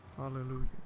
hallelujah